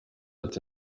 ati